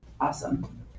awesome